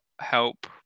help